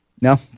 No